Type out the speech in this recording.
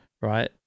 right